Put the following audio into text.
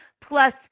plus